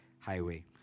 highway